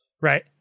right